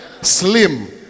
Slim